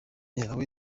yawe